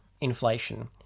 inflation